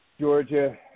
Georgia